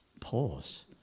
Pause